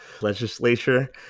legislature